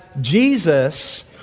Jesus